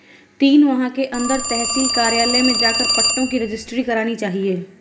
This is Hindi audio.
तीन माह के अंदर तहसील कार्यालय में जाकर पट्टों की रजिस्ट्री करानी चाहिए